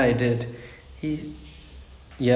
the club lah pub lah !wah! it's